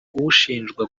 ushinjwa